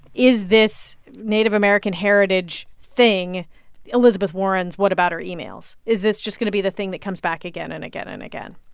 is this native american heritage thing elizabeth warren's what about her emails? is this going to be the thing that comes back again and again and again?